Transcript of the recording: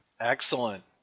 Excellent